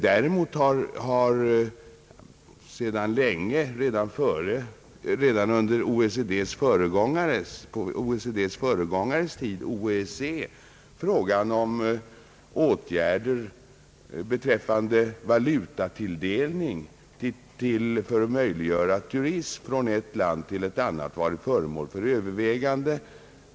Däremot har sedan länge, redan på OECD:s föregångares tid, OEEC, frågan om åtgärder beträffande valutatilldelning för att möjliggöra turism från ett land till ett annat varit föremål för övervägande.